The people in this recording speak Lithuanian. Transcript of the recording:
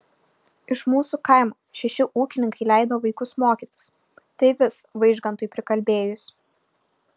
iš mūsų kaimo šeši ūkininkai leido vaikus mokytis tai vis vaižgantui prikalbėjus